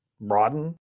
broaden